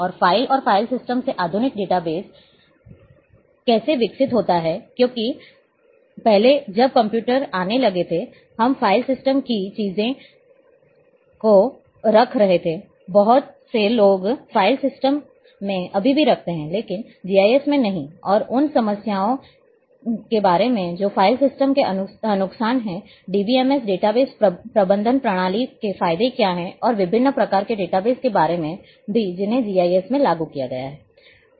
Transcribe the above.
और फाइल और file system से आधुनिक डेटाबेस कैसे विकसित होता है क्योंकि पहले जब कंप्यूटर आने लगे थे हम फाइल सिस्टम में चीजों को रख रहे थे बहुत से लोग फाइल सिस्टम में अभी भी रखते हैं लेकिन जीआईएस में नहीं और उन खामियों के बारे में जो फाइल सिस्टम के नुकसान हैं DBMS डेटाबेस प्रबंधन प्रणाली के फायदे क्या हैं और विभिन्न प्रकार के डेटाबेस के बारे में भी जिन्हें जीआईएस में लागू किया गया है